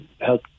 help